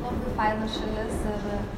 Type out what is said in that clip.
labai faina šalis ir